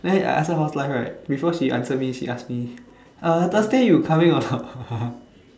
then I ask how's life right before she answer me she ask me uh Thursday you coming or not